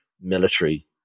military